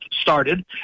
started